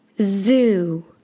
zoo